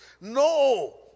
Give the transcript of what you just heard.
No